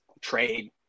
trade